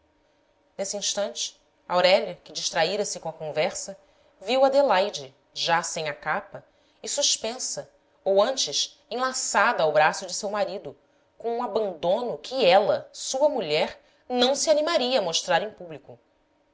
nesse instante aurélia que distraíra se com a conversa viu adelaide já sem a capa e suspensa ou antes enlaçada ao braço de seu marido com um abandono que ela sua mulher não se animaria a mostrar em público